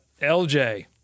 lj